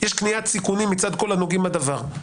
יש קניית סיכונים מצד כל הנוגעים בדבר.